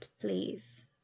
please